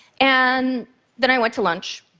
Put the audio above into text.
and then i went to lunch.